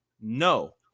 no